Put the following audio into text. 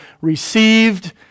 received